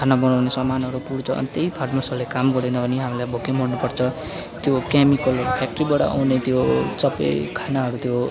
खाना बनाउने सामानहरू पुर्छ अनि त्यही फार्मर्सहरूले काम गरेन भने हामीलाई भोकै मर्नु पर्छ त्यो केमिकलहरू फ्याक्ट्रीबाट आउने त्यो सबै खानाहरू त्यो